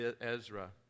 Ezra